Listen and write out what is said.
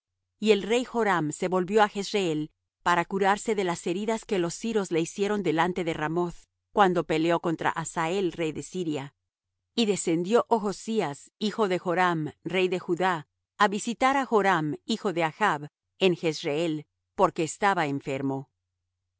y el rey joram se volvió á jezreel para curarse de las heridas que los siros le hicieron delante de ramoth cuando peleó contra hazael rey de siria y descendió ochzías hijo de joram rey de judá á visitar á joram hijo de achb en jezreel porque estaba enfermo entonces el